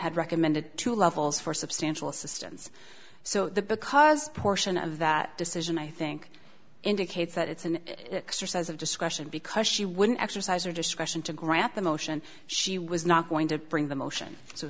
had recommended two levels for substantial assistance so the because portion of that decision i think indicates that it's an exercise of discretion because she wouldn't exercise her discretion to grant the motion she was not going to bring the motion